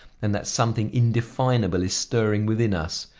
and that something indefinable is stirring within us.